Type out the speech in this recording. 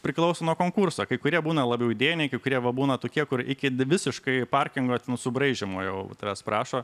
priklauso nuo konkurso kai kurie būna labiau idėjiniai kai kurie va būna tokie kur iki visiškai parkingo ten subraižymo jau tavęs prašo